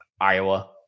Iowa